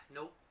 Nope